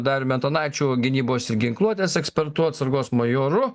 dariumi antanaičiu gynybos ir ginkluotės ekspertu atsargos majoru